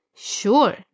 Sure